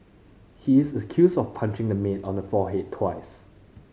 he is accused of punching the maid on the forehead twice